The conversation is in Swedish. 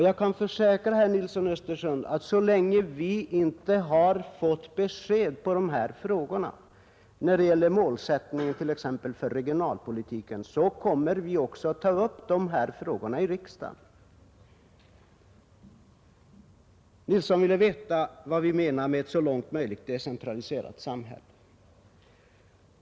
Jag kan försäkra herr Nilsson att så länge vi inte har fått besked på dessa frågor, t.ex. när det gäller målsättningen för regionalpolitiken, kommer vi också att ta upp dem i riksdagen. Herr Nilsson ville veta vad vi menar med ett så långt möjligt decentraliserat samhälle.